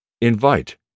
Invite